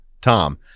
Tom